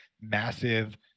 massive